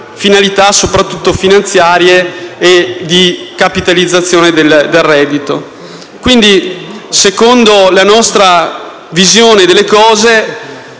finalità soprattutto finanziarie e di capitalizzazione del reddito. Secondo la nostra visione delle cose,